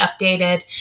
updated